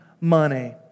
money